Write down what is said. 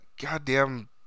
goddamn